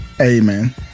Amen